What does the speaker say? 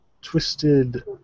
Twisted